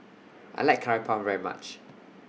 I like Curry Puff very much